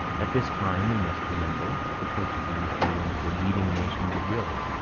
at this time, we must remember, the portuguese were one of the leading nations of europe,